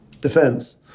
defense